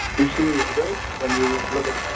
you see this when you look at.